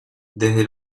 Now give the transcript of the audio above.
desde